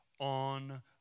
on